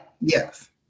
Yes